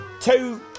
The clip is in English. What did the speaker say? Two